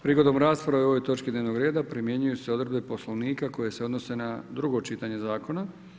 Prigodom rasprave o ovoj točki Dnevnog reda primjenjuju se odredbe Poslovnika koje se odnose na drugo čitanje zakona.